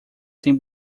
tem